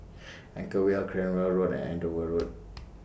Anchorvale Cranwell Road and Andover Road